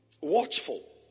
Watchful